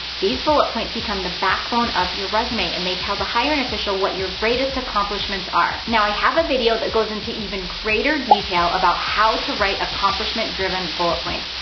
these bullet points become the backbone of your resume, and they tell the hiring official what your greatest accomplishments are. now i have a video that goes into even greater detail about how to write accomplishment-driven bullet points.